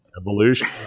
Evolution